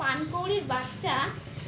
পানকৌড়ীর বাচ্চা